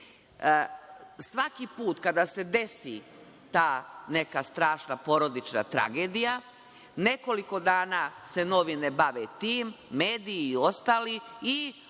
Svaki put kada se desi ta neka strašna porodična tragedija, nekoliko dana se novine bave tim, mediji i ostali